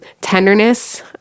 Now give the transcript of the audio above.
Tenderness